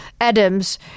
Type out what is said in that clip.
Adams